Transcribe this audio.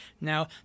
Now